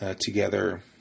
together